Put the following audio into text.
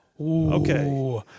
okay